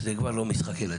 זה כבר לא משחק ילדים.